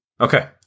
Okay